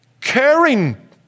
caring